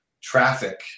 traffic